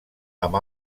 amb